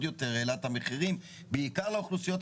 כדי לקבל את תמונת המצב בנושא הזה ולהבין איך יכול להיות שלאורך